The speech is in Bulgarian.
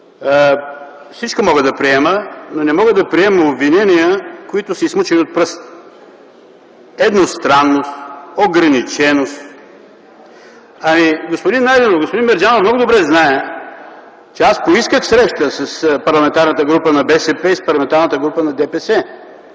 всичко мога да приема, но не мога да приема обвинения, които са изсмукани от пръстите – „едностранност”, „ограниченост”… Ами, господин Найденов, господин Мерджанов много добре знае, че аз поисках среща с Парламентарната група на БСП и с Парламентарната група на ДПС,